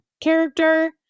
character